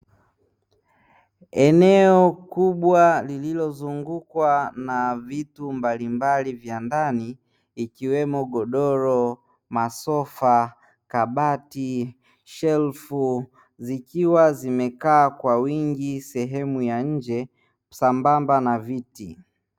Eneo kubwa lililozungukwa na vitu mbalimbali vya ndani ikiwemo godoro, masofa, kabati, shelfu zikiwa zimekaa kwa wingi sehemu ya nje sambamba na viti.